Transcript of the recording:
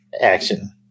action